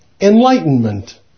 enlightenment